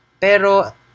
Pero